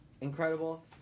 Incredible